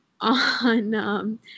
on